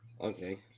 Okay